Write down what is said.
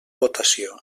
votació